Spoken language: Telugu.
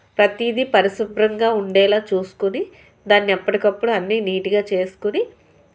ప్రతిదీ పరిశుభ్రంగా ఉండేలా చూసుకుని దాన్ని ఎప్పటికప్పుడు అన్ని నీట్గా చేసుకుని